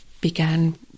began